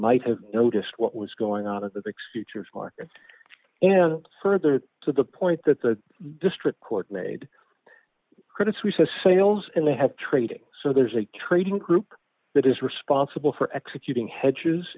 might have noticed what was going out of the dixie chicks market and further to the point that the district court made credit suisse a sales and they have trading so there's a trading group that is responsible for executing hedges